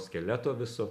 skeleto viso